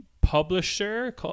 publisher